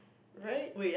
right